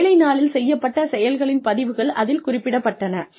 ஒரு வேலை நாளில் செய்யப்பட்ட செயல்களின் பதிவுகள் அதில் குறிப்பிடப்பட்டன